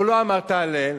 או לא אמרת "הלל"?